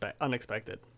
unexpected